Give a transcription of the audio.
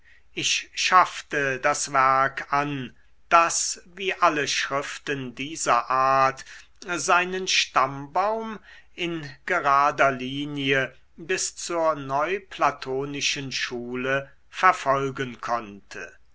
ich schaffte das werk an das wie alle schriften dieser art seinen stammbaum in gerader linie bis zur neuplatonischen schule verfolgen konnte